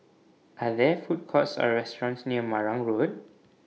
Are There Food Courts Or restaurants near Marang Road